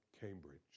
Cambridge